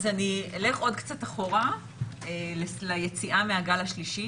אז אני אלך עוד קצת אחורה ליציאה מהגל השלישי,